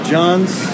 John's